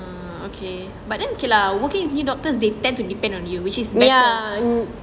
okay but then okay lah working with new doctors they tend to depend on you which is better